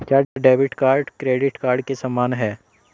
क्या debit card credit card के समान है?